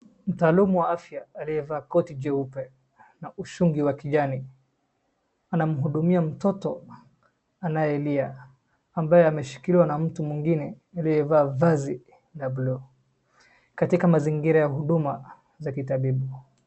Mtaalamu wa afya aliyevaa koti jeupe na ushungi wa kijani. Anamhudumia mtoto anayelia ambaye ameshikiliwa na mtu mwingine aliyevaa vazi la blue , katika mazingira ya huduma za kitabibu.